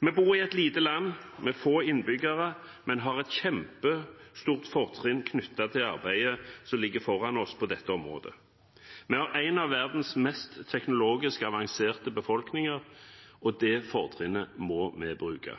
Vi bor i et lite land med få innbyggere, men har et kjempestort fortrinn knyttet til arbeidet som ligger foran oss på dette området. Vi har en av verdens mest teknologisk avanserte befolkninger, og det fortrinnet må vi bruke.